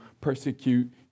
persecute